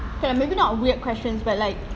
okay lah maybe not weird questions but like